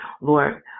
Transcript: Lord